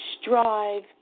strive